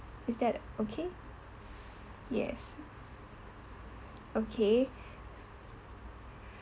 is that okay yes okay